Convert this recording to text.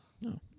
No